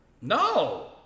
No